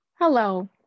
Hello